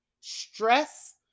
stress